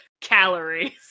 calories